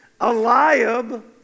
Eliab